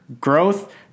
growth